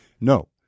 No